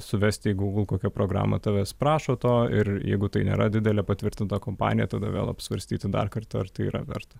suvesti į google kokia programa tavęs prašo to ir jeigu tai nėra didelė patvirtinta kompanija tada vėl apsvarstyti dar kartą ar tai yra verta